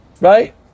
Right